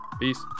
Peace